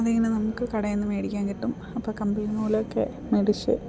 അതിങ്ങനെ നമുക്ക് കടയിൽനിന്ന് വേടിക്കാൻ കിട്ടും അപ്പം കമ്പി നൂലൊക്കെ വേടിച്ച്